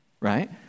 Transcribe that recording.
right